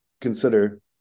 consider